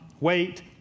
wait